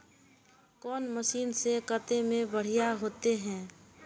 कौन मशीन से कते में बढ़िया होते है?